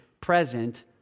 present